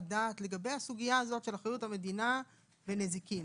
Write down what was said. דעת לגבי הסוגיה של אחריות המדינה לנזיקין.